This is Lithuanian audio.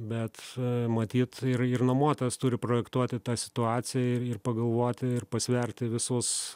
bet matyt ir ir nuomotojas turi projektuoti tą situaciją ir ir pagalvoti ir pasverti visus